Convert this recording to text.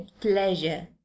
pleasure